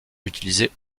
utilisé